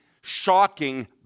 shocking